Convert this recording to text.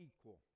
equal